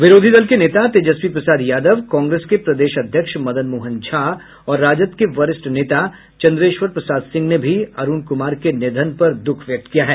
विरोधी दल के नेता तेजस्वी प्रसाद यादव कांग्रेस के प्रदेश अध्यक्ष मदन मोहन झा और राजद के वरिष्ठ नेता चंद्रेश्वर प्रसाद सिंह ने भी अरूण कुमार के निधन पर दुःख व्यक्त किया है